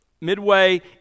Midway